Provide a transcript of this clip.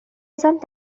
এজন